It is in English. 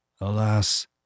Alas